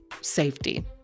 safety